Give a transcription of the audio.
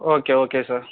okay okay sir